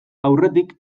aurretik